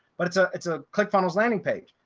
but it's a it's a clickfunnels landing page.